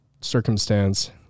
circumstance